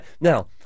now